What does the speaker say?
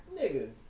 nigga